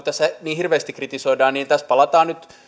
tässä niin hirveästi kritisoidaan niin tässä palataan nyt